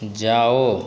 जाओ